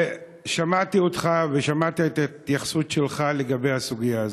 ושמעתי אותך ושמעתי את ההתייחסות שלך לסוגיה הזאת.